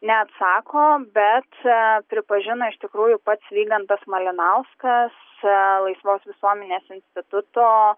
neatsako bet pripažino iš tikrųjų pats vygantas malinauskas laisvos visuomenės instituto